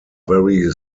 very